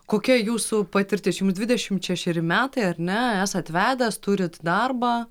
kokia jūsų patirtis jums dvidešimt šešeri metai ar ne esat vedęs turit darbą